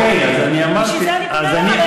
לכן אני פונה אליך,